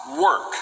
work